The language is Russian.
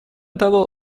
того